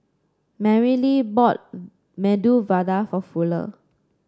Marylee bought Medu Vada for Fuller